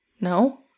No